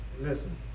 Listen